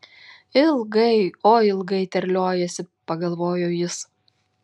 ilgai oi ilgai terliojasi pagalvojo jis